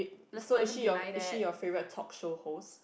is so is she your is she your favourite talk show host